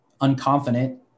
unconfident